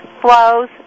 flows